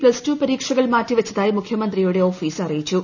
plus two പരീക്ഷകൾ മാറ്റിവച്ചതായി മുഖ്യമന്ത്രിയുടെ ഓഫീസ് അറിയിച്ചു